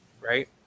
right